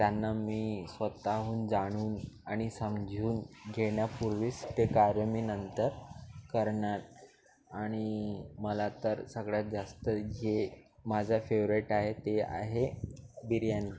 त्यांना मी स्वतःहून जाणून आणि समजून घेण्यापूर्वीस ते कार्य मी नंतर करणार आणि मला तर सगळ्यात जास्त जे माझा फेवरेट आहे ते आहे बिर्याणी